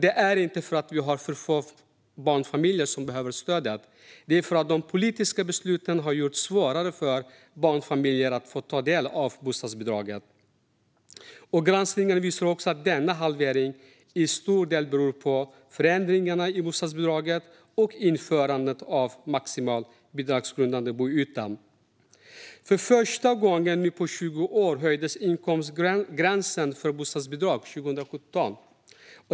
Det är inte för att vi har för få barnfamiljer som behöver stödet utan för att de politiska besluten gjorde det svårare för barnfamiljer att få del av bostadsbidraget. Granskningen visar också att denna halvering till stor del beror på förändringarna i bostadsbidraget och införandet av maximal bidragsgrundande boyta. Riksrevisionens rapport om bostadsbidrag och trångboddhet För första gången på 20 år höjdes inkomstgränsen för bostadsbidrag 2017.